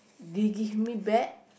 they give me back